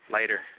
Later